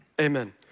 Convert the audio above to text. Amen